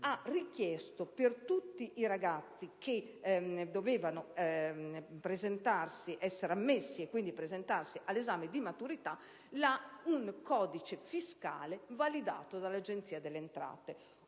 ha richiesto a tutti i ragazzi che dovevano essere ammessi all'esame di maturità, un codice fiscale validato dall'Agenzia delle entrate.